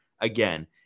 Again